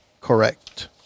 Correct